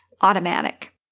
automatic